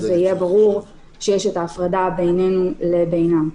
ותהיה הפרדה ברורה בינינו לבינם.